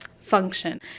function